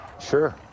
sure